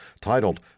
titled